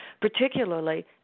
particularly